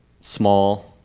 small